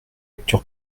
lecture